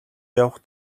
явах